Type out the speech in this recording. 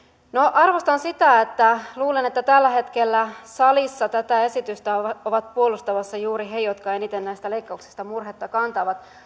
arvostan sitä että luulen että tällä hetkellä salissa tätä esitystä ovat ovat puolustamassa juuri he jotka eniten näistä leikkauksista murhetta kantavat